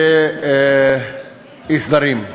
ואי-סדרים.